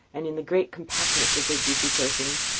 and, in the great compactness of their juicy persons,